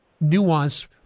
nuance